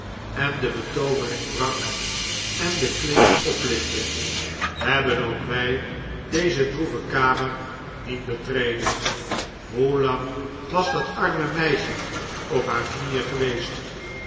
en de betoovering brak en de klink oplichtte hebben ook wij deze droeve kamer niet betreden hoe lang was dat arme meisje op haar knieen geweest